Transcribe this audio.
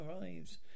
arrives